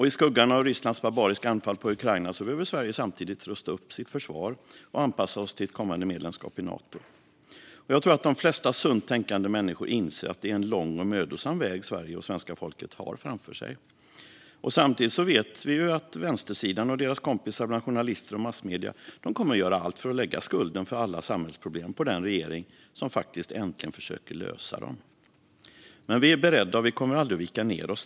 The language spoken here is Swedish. I skuggan av Rysslands barbariska anfall på Ukraina behöver Sverige samtidigt rusta upp sitt försvar och anpassa sig till ett kommande medlemskap i Nato. Jag tror att de flesta sunt tänkande människor inser att det är en lång och mödosam väg som Sverige och svenska folket har framför sig. Samtidigt vet vi att vänstersidan och deras kompisar bland journalister och massmedier kommer att göra allt för att lägga skulden för alla samhällsproblem på den regering som faktiskt äntligen försöker lösa dem. Men vi är beredda och kommer aldrig att vika ned oss.